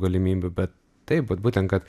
galimybių bet taip bet būtent kad